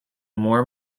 more